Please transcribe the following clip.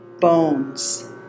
bones